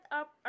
up